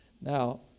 Now